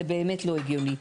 זה באמת לא הגיוני.